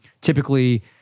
typically